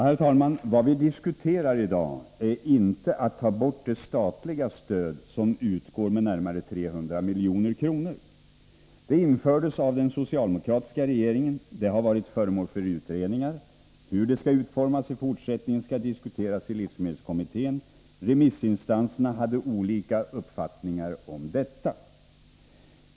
Herr talman! Vad vi diskuterar i dag är inte att ta bort det statliga stöd som utgår med närmare 300 milj.kr. och som infördes av den socialdemokratiska regeringen. Det har varit föremål för utredningar. Hur det skall utformas i fortsättningen skall diskuteras i livsmedelskommittén. Remissinstanserna hade olika uppfattningar om detta.